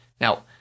Now